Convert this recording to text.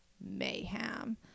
mayhem